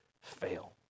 fail